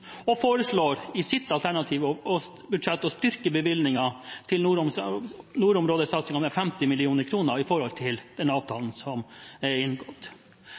og foreslår i sitt alternative budsjett å styrke bevilgningen til nordområdesatsingen med 50 mill. kr i forhold til den avtalen som er inngått.